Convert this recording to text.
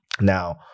Now